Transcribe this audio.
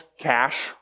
cash